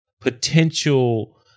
potential